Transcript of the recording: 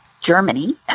Germany